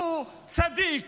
שהוא צדיק.